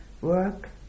work